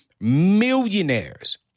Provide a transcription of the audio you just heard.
millionaires